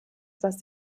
das